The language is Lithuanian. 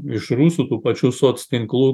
iš rusų tų pačių soctinklų